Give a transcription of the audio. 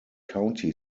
county